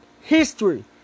History